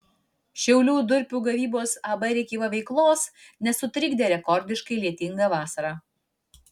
šiaulių durpių gavybos ab rėkyva veiklos nesutrikdė rekordiškai lietinga vasara